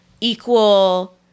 equal